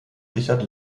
richard